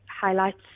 highlights